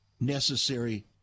necessary